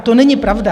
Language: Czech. To není pravda.